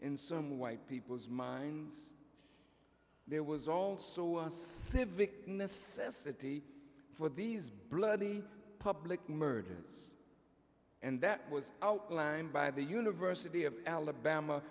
in some white people's minds there was also a civic necessity for these bloody public murders and that was outlined by the university of alabama